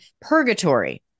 purgatory